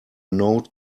note